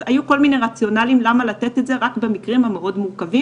אז היו כל מיני רציונלים למה לתת את זה רק במקרים המאוד מורכבים,